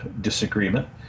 disagreement